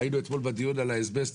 ראינו אתמול בדיון על האזבסט,